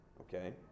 Okay